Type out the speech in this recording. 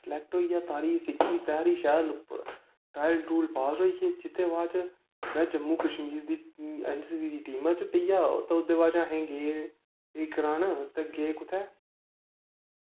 select होई गेआ तारी सिक्खी लेई शैल ट्रायल ट्रूयल पास होई गे जेह्दे बाद च में जम्मू कश्मीर दी ऐन सी सी दी टीमां च पेई गेआ ते ओह्दे बाद अस गे एह् करान ते गे कु'त्थें